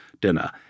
dinner